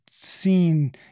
Seen